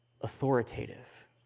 authoritative